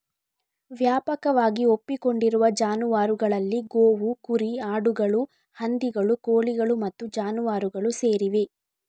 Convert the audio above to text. ವ್ಯಾಪಕವಾಗಿ ಒಪ್ಪಿಕೊಂಡಿರುವ ಜಾನುವಾರುಗಳಲ್ಲಿ ಗೋವು, ಕುರಿ, ಆಡುಗಳು, ಹಂದಿಗಳು, ಕೋಳಿಗಳು ಮತ್ತು ಜಾನುವಾರುಗಳು ಸೇರಿವೆ